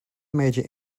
major